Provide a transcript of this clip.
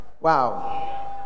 wow